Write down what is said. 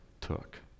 took